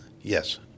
yes